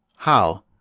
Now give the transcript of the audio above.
how?